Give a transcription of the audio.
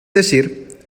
decir